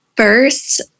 First